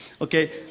okay